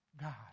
God